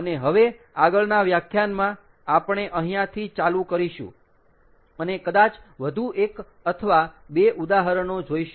અને હવે આગળના વ્યાખ્યાનમાં આપણે અહીયાથી ચાલુ કરીશું અને કદાચ વધુ એક અથવા 2 ઉદાહરણો જોઈશું